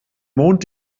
mond